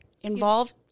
involved